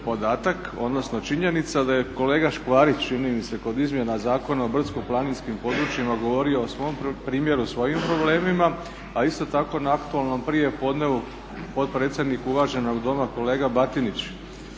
odnosno činjenica da je kolega Škvarić, čini mi se kod izmjena Zakona o brdsko-planinskim područjima govorio o svom primjeru, o svojim problemima. A isto tako na aktualnom prijepodnevu potpredsjednik uvaženog Doma, kolega Batinić,